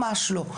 ממש לא.